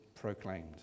proclaimed